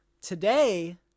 today